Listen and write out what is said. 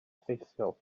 effeithiol